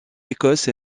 écosse